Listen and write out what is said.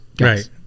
Right